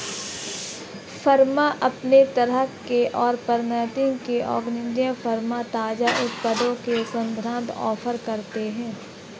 farm अपनी तरह के और प्रमाणित ऑर्गेनिक फ़ार्म ताज़ा उत्पादों में सर्वश्रेष्ठ ऑफ़र करते है